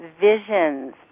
visions